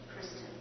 Kristen